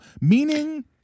meaning